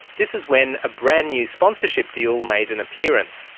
this is when a brand-new sponsorship deal made an appearance,